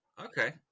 okay